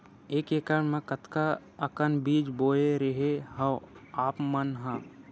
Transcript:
एक एकड़ म कतका अकन बीज बोए रेहे हँव आप मन ह?